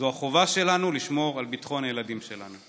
זו החובה שלנו לשמור על ביטחון הילדים שלנו.